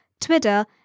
Twitter